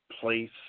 place